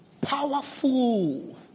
powerful